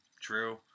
True